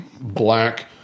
black